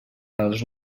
els